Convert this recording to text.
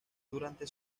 durante